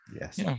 Yes